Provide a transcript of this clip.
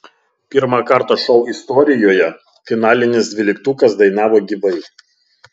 pirmą kartą šou istorijoje finalinis dvyliktukas dainavo gyvai